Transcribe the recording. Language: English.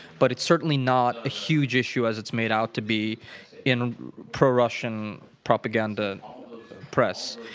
but it's certainly not a huge issue, as it's made out to be in pro-russian propaganda press.